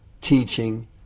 teaching